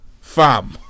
Fam